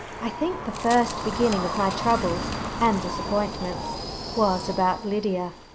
i think the first beginning of my troubles and disappointments was about lydia.